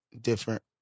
different